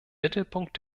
mittelpunkt